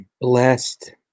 blessed